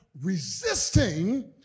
resisting